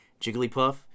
Jigglypuff